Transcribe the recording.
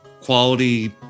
quality